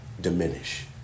diminish